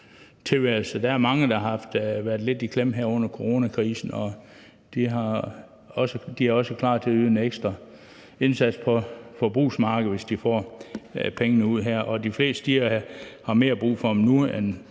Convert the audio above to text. Der er mange, der har været lidt i klemme her under coronakrisen, og de er også klar til at yde en ekstra indsats på forbrugermarkedet, hvis de får pengene ud her. Og de fleste har mere brug for dem nu, end